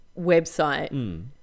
website